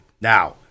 Now